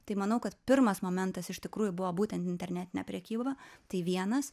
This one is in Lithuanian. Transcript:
tai manau kad pirmas momentas iš tikrųjų buvo būtent internetinė prekyba tai vienas